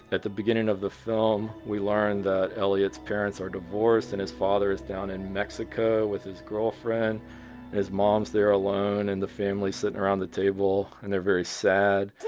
at the beginning of the film, we learn that elliot's parents are divorced and his father is down in mexico with his girlfriend. and his mom's there alone and the family's sitting around the table and they're very sad